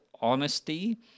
honesty